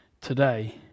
today